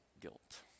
guilt